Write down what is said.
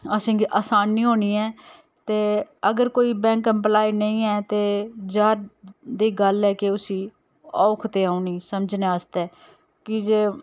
असेंगी असानी होनी ऐ ते अगर कोई बैंक एम्प्लाय नेईं ऐ ते जाह्र देही गल्ल ऐ उसी औक्ख ते औनी समझने आस्तै की जे